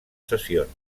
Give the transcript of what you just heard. sessions